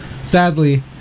Sadly